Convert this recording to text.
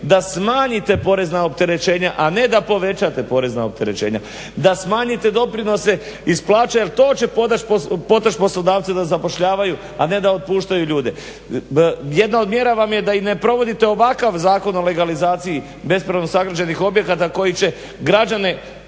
da smanjite porezna opterećenja, a ne da povećate porezna opterećenja. Da smanjite doprinose iz plaća jer to će potaći poslodavce da zapošljavaju, a ne da otpuštaju ljude. Jedna od mjera vam je da i ne provodite ovakav Zakon o legalizaciji bespravno sagrađenih objekata koji će građane